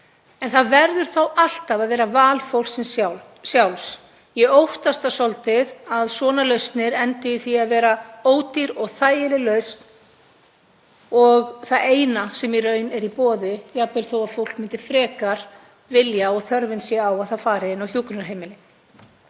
er. Það verður þó alltaf að vera val fólksins sjálfs. Ég óttast svolítið að svona lausnir endi í því að vera ódýr og þægileg lausn og það eina sem í raun er í boði, jafnvel þó að fólk myndi frekar vilja og þörfin sé á að það fari inn á hjúkrunarheimili.